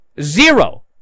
Zero